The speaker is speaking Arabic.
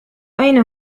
أين